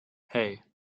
hey